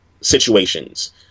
situations